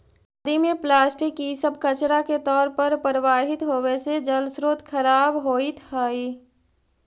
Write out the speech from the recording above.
नदि में प्लास्टिक इ सब कचड़ा के तौर पर प्रवाहित होवे से जलस्रोत खराब होइत हई